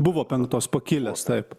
buvo penktos pakilęs taip